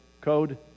code